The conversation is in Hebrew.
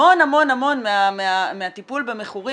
המון מהטיפול במכורים